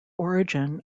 origin